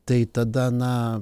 tai tada na